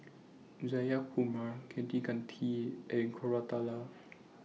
Jayakumar Kaneganti and Koratala